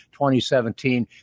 2017